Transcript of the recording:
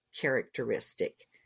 characteristic